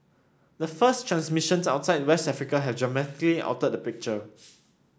the first transmissions outside West Africa have dramatically altered the picture